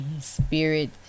Spirit